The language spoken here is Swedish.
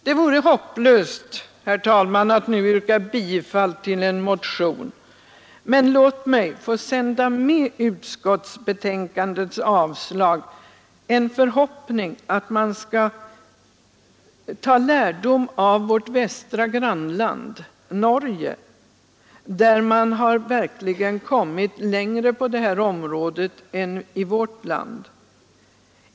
Det vore hopplöst, herr talman, att nu yrka bifall till motionen, men låt mig få sända med utskottets avstyrkande en förhoppning att de ansvariga skall ta lärdom av vårt västra grannland, Norge, där man verkligen har kommit längre på detta område än vi har gjort i vårt land.